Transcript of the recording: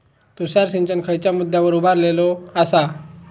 तुषार सिंचन खयच्या मुद्द्यांवर उभारलेलो आसा?